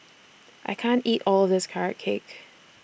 I can't eat All of This Carrot Cake